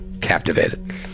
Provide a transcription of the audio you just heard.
captivated